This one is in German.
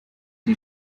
die